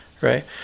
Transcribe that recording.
right